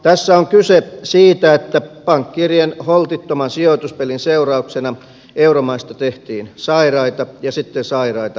tässä on kyse siitä että pankkiirien holtittoman sijoituspelin seurauksena euromaista tehtiin sairaita ja sitten sairaita alettiin hoitaa